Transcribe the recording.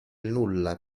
nulla